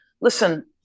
Listen